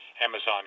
Amazon